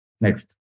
Next